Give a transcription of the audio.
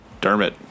Dermot